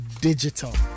digital